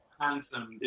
handsome